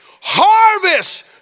harvest